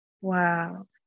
Wow